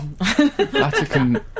Vatican